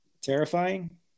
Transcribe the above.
terrifying